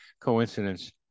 coincidence